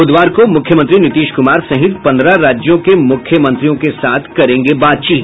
बुधवार को मुख्यमंत्री नीतीश कुमार सहित पंद्रह राज्यों के मुख्यमंत्रियों के साथ करेंगे बातचीत